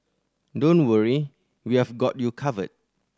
don't worry we have got you covered